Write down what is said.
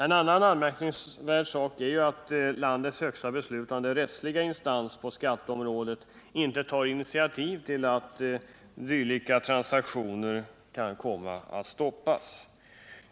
En annan anmärkningsvärd sak är att landets högsta beslutande rättsliga instans på skatteområdet inte tar initiativ, så att dylika transaktioner kan stoppas.